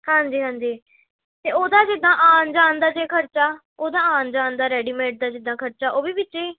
ਹਾਂਜੀ ਹਾਂਜੀ ਅਤੇ ਉਹਦਾ ਜਿੱਦਾਂ ਆਉਣ ਜਾਣ ਦਾ ਜੇ ਖਰਚਾ ਉਹਦਾ ਆਉਣ ਜਾਣ ਦਾ ਰੈਡੀਮੇਡ ਦਾ ਜਿੱਦਾਂ ਖਰਚਾ ਉਹ ਵੀ ਵਿੱਚ ਹੀ